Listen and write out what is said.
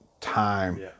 time